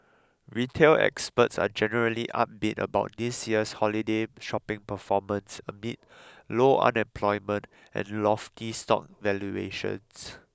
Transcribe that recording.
retail experts are generally upbeat about this year's holiday shopping performance amid low unemployment and lofty stock valuations